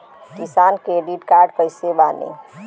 किसान credit card कइसे बानी?